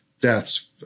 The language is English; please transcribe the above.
deaths